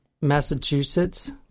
massachusetts